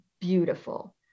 beautiful